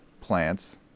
plants